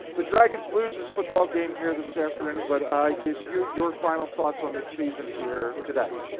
the dragons lose this football game here this afternoon. but i give you your final thoughts on this season here today.